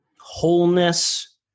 wholeness